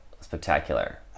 Spectacular